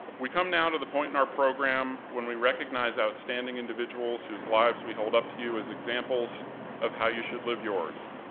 we come now to the point in our program when we recognize outstanding individuals whose lives we hold up to you as examples of how you should live yours,